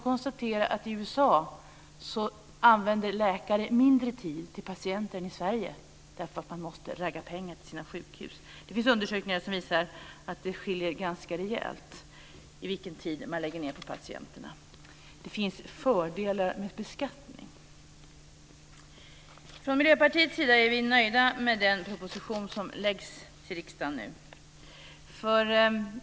I USA använder läkare mindre tid till patienter än i Sverige därför att de måste ragga pengar till sina sjukhus. Det finns undersökningar som visar att det skiljer ganska rejält vilken tid man lägger ned på patienterna. Det finns fördelar med beskattning. Från Miljöpartiets sida är vi nöjda med den proposition som läggs fram för riksdagen.